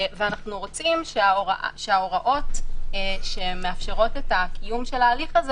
אנחנו רוצים שההוראות שמאפשרות את הקיום של ההליך הזה